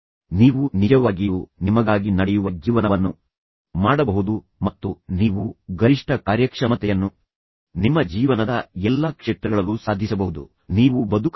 ನೀವು ನಿಜವಾಗಿಯೂ ನಿಮಗಾಗಿ ನಡೆಯುವ ಜೀವನವನ್ನು ಮಾಡಬಹುದು ಮತ್ತು ನೀವು ಗರಿಷ್ಠ ಕಾರ್ಯಕ್ಷಮತೆಯನ್ನು ನಿಮ್ಮ ಜೀವನದ ಎಲ್ಲಾ ಕ್ಷೇತ್ರಗಳಲ್ಲೂ ಸಾಧಿಸಬಹುದು ನಿಮ್ಮ ಇಚ್ಛೆಯಂತೆ ನಡೆಯುವ ಬಗ್ಗೆ ಯಾವುದೇ ಸಂದೇಹವಿಲ್ಲ